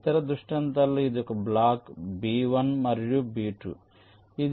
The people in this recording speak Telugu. ఇతర దృష్టాంతంలో ఇది బ్లాక్ బి 1 మరియు బి 2